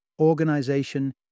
organization